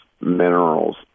minerals